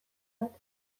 bat